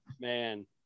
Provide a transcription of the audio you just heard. Man